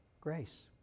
Grace